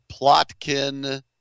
Plotkin